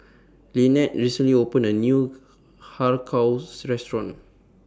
Lynnette recently opened A New Har Kow Restaurant